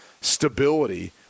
stability